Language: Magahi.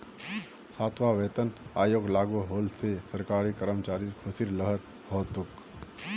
सातवां वेतन आयोग लागू होल से सरकारी कर्मचारिर ख़ुशीर लहर हो तोक